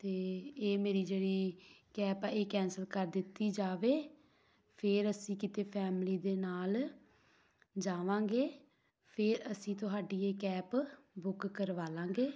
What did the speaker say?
ਅਤੇ ਇਹ ਮੇਰੀ ਜਿਹੜੀ ਕੈਪ ਆ ਇਹ ਕੈਂਸਲ ਕਰ ਦਿੱਤੀ ਜਾਵੇ ਫਿਰ ਅਸੀਂ ਕਿਤੇ ਫੈਮਿਲੀ ਦੇ ਨਾਲ ਜਾਵਾਂਗੇ ਫਿਰ ਅਸੀਂ ਤੁਹਾਡੀ ਇਹ ਕੈਪ ਬੁੱਕ ਕਰਵਾ ਲਾਂਗੇ